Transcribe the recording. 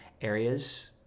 areas